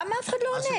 למה אף אחד לא עונה?